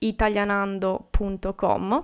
Italianando.com